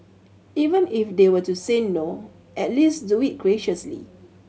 even if they were to say no at least do it graciously